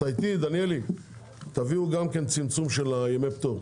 להביא גם צמצום של ימי הפטור.